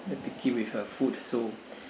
very picky with uh food so